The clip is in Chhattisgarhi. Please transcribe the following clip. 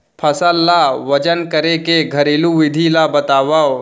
फसल ला वजन करे के घरेलू विधि ला बतावव?